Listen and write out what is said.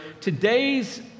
today's